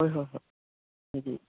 ꯍꯣꯏ ꯍꯣꯏ ꯍꯣꯏ ꯍꯥꯏꯗꯤ